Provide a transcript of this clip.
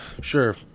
sure